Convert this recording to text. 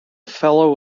fellow